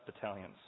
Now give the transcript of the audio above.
Battalions